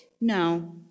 No